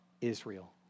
Israel